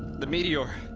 the meteor